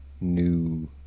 new